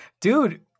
dude